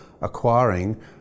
acquiring